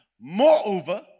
Moreover